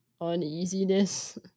uneasiness